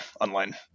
online